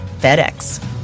FedEx